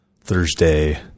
Thursday